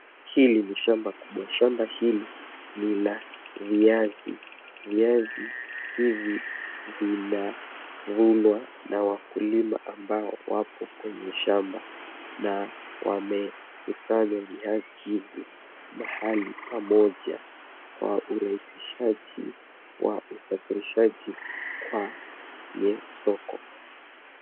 Hili ni shamba kubwa, shamba hili ni la viazi, viazi hivi vina vunwa na wakulima ambao wapo kwenye shamba na wamekusanya viazi hivi mahali pamoja kwa urahisishaji wa usafirishaji kwenye soko.